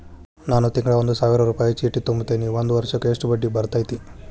ನಾನು ತಿಂಗಳಾ ಒಂದು ಸಾವಿರ ರೂಪಾಯಿ ಚೇಟಿ ತುಂಬತೇನಿ ಒಂದ್ ವರ್ಷಕ್ ಎಷ್ಟ ಬಡ್ಡಿ ಬರತೈತಿ?